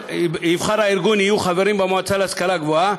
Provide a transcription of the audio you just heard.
הארגון יהיו חברים במועצה להשכלה גבוהה.